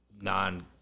non